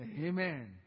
Amen